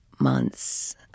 months